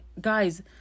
guys